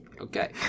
Okay